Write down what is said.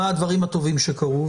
מה הדברים הטובים שקרו,